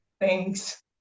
thanks